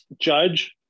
judge